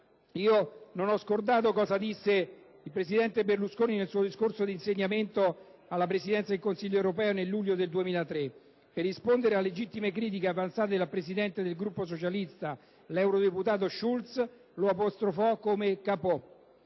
Io non ho dimenticato cosa disse Berlusconi nel suo discorso di insediamento alla Presidenza del Consiglio europeo nel luglio del 2003. Per rispondere a legittime critiche avanzate dal presidente del Gruppo socialista, l'eurodeputato Schulz, lo apostrofò come